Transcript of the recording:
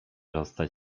zostać